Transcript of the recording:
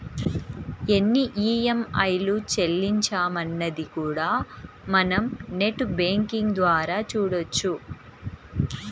ఎన్ని ఈఎంఐలు చెల్లించామన్నది కూడా మనం నెట్ బ్యేంకింగ్ ద్వారా చూడొచ్చు